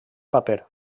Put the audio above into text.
paper